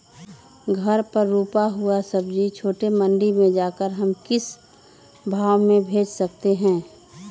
घर पर रूपा हुआ सब्जी छोटे मंडी में जाकर हम किस भाव में भेज सकते हैं?